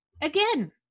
Again